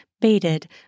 baited